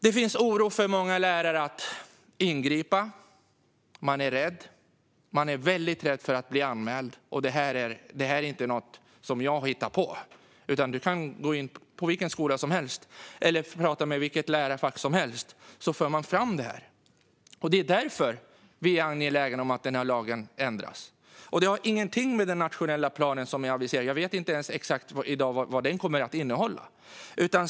Det finns en oro hos många lärare för att ingripa. Man är rädd - man är väldigt rädd för att bli anmäld. Och detta är inte något som jag har hittat på. Man kan gå in på vilken skola som helst eller prata med vilket lärarfack som helst; de kommer att föra fram det här. Det är därför vi är angelägna om att lagen ändras. Det har ingenting att göra med den nationella plan som är aviserad. Jag vet i dag inte ens exakt vad den kommer att innehålla.